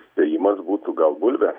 spėjimas būtų gal bulvė